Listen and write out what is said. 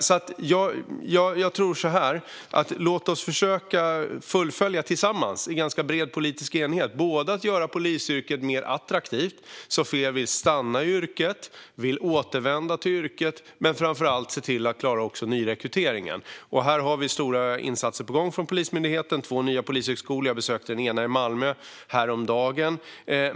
Låt oss tillsammans i bred politisk enighet försöka fullfölja detta! Det handlar om att göra polisyrket mer attraktivt, så att fler vill stanna i yrket eller återvända till yrket och så att man också klarar nyrekryteringen. Här är stora insatser från Polismyndigheten på gång. Det finns två nya polishögskolor. Jag besökte den ena, i Malmö, häromdagen.